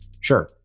Sure